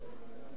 מה עשו?